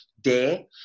day